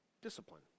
discipline